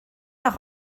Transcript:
auch